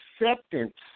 acceptance